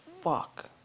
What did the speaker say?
fuck